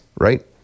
right